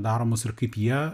daromos ir kaip jie